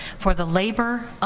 for the labor